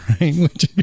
right